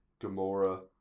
Gamora